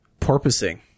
Porpoising